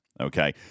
okay